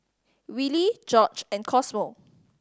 Willy Gorge and Cosmo